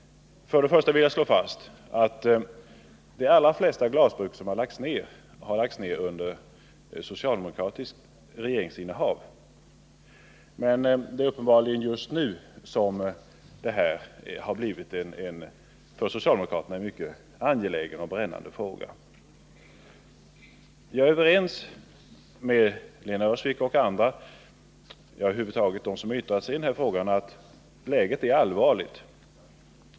Först och främst vill jag slå fast att de allra flesta glasbruk som har lagts ned lades ned när det var socialdemokratiskt regeringsinnehav. Men det är uppenbarligen just nu som detta har blivit en mycket angelägen och brännande fråga för socialdemokraterna. Jag är överens med Lena Öhrsvik och med dem som över huvud taget har yttrat sig i denna fråga om att läget är allvarligt.